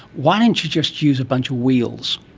why didn't you just use a bunch of wheels?